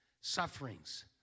Sufferings